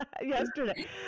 Yesterday